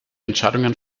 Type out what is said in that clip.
entscheidungen